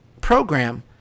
program